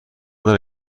دارد